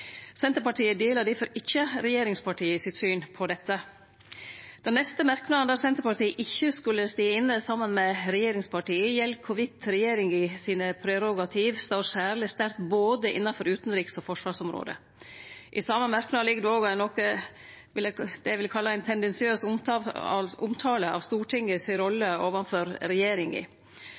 Senterpartiet deler difor ikkje regjeringspartia sitt syn på dette. Den neste merknaden der Senterpartiet ikkje skulle ha stått inne saman med regjeringspartia, gjeld kor vidt regjeringa sine prerogativ står særleg sterkt innanfor både utanriks- og forsvarsområdet. I same merknad ligg det òg det eg vil kalle ein tendensiøs omtale av Stortingets rolle overfor regjeringa, at det ikkje er plass til ei rådgivande rolle for Stortinget overfor regjeringa.